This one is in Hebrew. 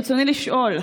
ברצוני לשאול: